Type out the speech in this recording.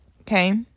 Okay